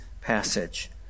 passage